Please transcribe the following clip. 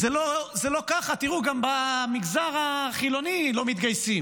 זה לא ככה, תראו, גם במגזר החילוני לא מתגייסים.